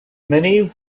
many